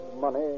money